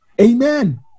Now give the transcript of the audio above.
amen